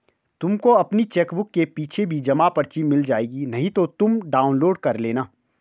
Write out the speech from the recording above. तुमको अपनी चेकबुक के पीछे भी जमा पर्ची मिल जाएगी नहीं तो तुम डाउनलोड कर लेना